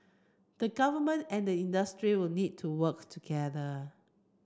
the government and the industry will need to work together